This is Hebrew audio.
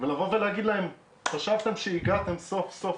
ולבוא ולהגיד להם 'חשבתם שהגעתם סוף סוף